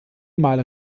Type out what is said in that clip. male